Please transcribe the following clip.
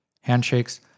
Handshakes